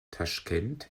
taschkent